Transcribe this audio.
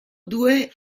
due